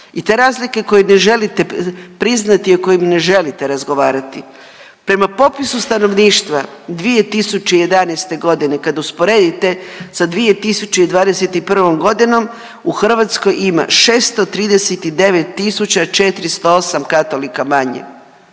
I te razlike koje ne želite priznati, o kojim ne želite razgovarati. Prema popisu stanovništva 2011. godine, kad usporedite sa 2021. godinom u Hrvatskoj ima 639.408 katolika manje,